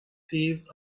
thieves